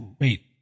wait